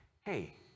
hey